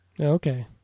Okay